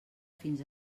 fins